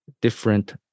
different